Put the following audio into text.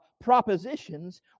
propositions